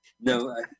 no